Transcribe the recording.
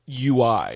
UI